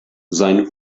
sein